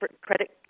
credit